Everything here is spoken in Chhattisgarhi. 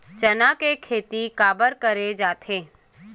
चना के खेती काबर करे जाथे?